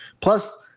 Plus